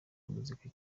muzika